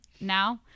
now